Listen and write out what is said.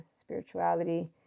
spirituality